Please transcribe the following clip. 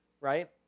right